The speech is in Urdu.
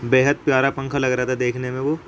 بیحد پیارا پنکھا لگ رہا تھا دیکھنے میں وہ